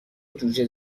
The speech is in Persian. جوجه